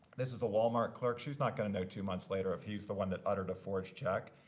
this is a walmart clerk. she's not going to know two months later if he's the one that uttered a forged check.